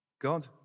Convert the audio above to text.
God